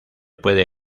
puede